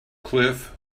cliff